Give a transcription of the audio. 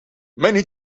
many